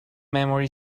memory